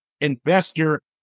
investor